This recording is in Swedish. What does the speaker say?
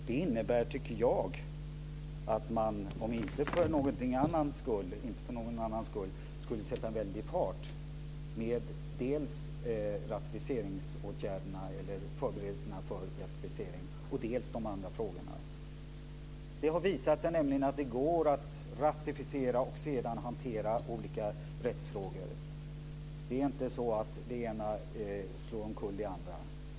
Det innebär, tycker jag, att man skulle sätta en väldig fart dels med förberedelserna för ratificering, dels med de andra frågorna. Det har nämligen visat sig att det går att ratificera och sedan hantera olika rättsfrågor. Det ena slår inte omkull det andra.